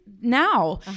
now